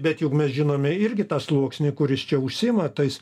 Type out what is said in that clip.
bet juk mes žinome irgi tą sluoksnį kuris čia užsiima tais